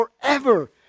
forever